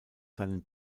seinen